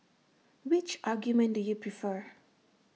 which argument do you prefer